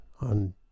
on